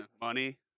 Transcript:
money